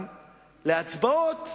כשיצטרכו אותם להצבעות,